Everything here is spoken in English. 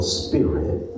spirit